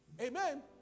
amen